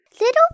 Little